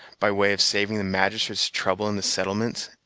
by way of saving the magistrates trouble in the settlements,